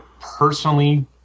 personally